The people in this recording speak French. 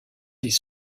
des